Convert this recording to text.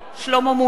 שלמה מולה,